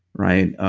right?